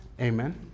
Amen